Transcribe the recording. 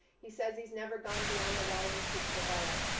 he says he's never gone beyond the walls of his favela.